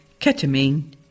ketamine